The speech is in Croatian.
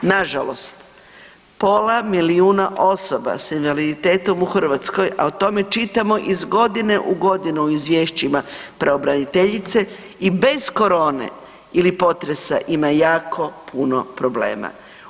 Nažalost pola milijuna osoba s invaliditetom u Hrvatskoj, a o tome čitamo iz godine u godinu u izvješćima pravobraniteljice i bez korone ili potresa ima jako puno problema.